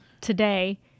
today